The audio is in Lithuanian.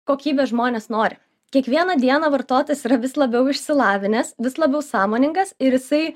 kokybės žmonės nori kiekvieną dieną vartotojas yra vis labiau išsilavinęs vis labiau sąmoningas ir jisai